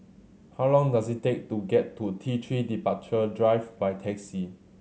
how long does it take to get to T Three Departure Drive by taxi